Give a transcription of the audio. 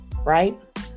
right